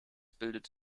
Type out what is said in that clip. bildet